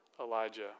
Elijah